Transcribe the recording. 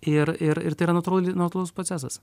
ir ir ir tai yra natūrali natūralus procesas